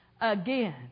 again